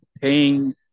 paying